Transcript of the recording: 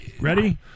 Ready